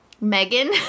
Megan